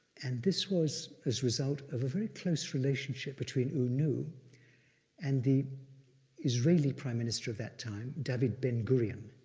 and this was as a result of a very close relationship between u nu and the israeli prime minister of that time, david ben gurion.